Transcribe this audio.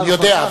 אני יודע,